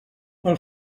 pel